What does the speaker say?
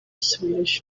swedish